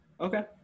Okay